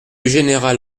général